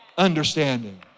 understanding